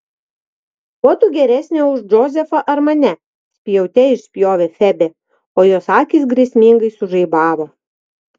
kuo tu geresnė už džozefą ar mane spjaute išspjovė febė o jos akys grėsmingai sužaibavo